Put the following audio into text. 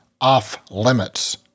off-limits